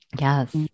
Yes